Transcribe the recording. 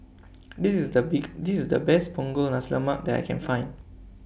This IS The Big This IS The Best Punggol Nasi Lemak that I Can Find